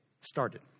started